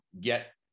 get